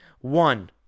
One